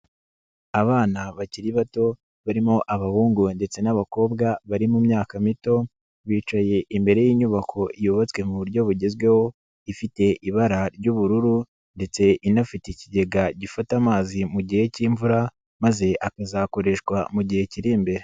Abana bakiri bato, barimo abahungu ndetse n'abakobwa bari mu myaka mito, bicaye imbere y'inyubako yubatswe mu buryo bugezweho, ifite ibara ry'ubururu ndetse inafite ikigega gifata amazi mu gihe k'imvura, maze akazakoreshwa mu gihe kiri imbere.